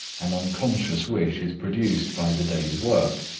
an unconscious wish is produced by the day's work,